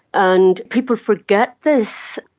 and people forget this.